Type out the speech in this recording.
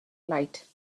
light